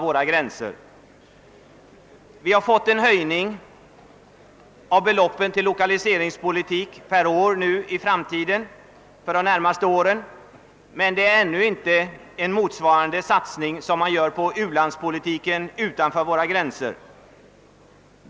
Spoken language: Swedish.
Vi har fått en höjning av anslaget till lokaliseringspolitiken för de närmaste åren, men satsningen är ännu inte lika stor som motsvarande satsning för u-länder utanför våra gränser.